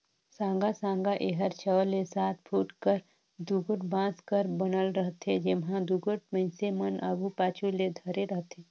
साँगा साँगा एहर छव ले सात फुट कर दुगोट बांस कर बनल रहथे, जेम्हा दुगोट मइनसे मन आघु पाछू ले धरे रहथे